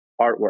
artwork